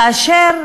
כאשר